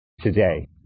today